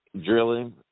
drilling